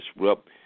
disrupt